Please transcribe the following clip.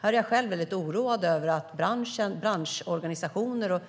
Jag är själv oroad över att branschorganisationer och